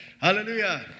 Hallelujah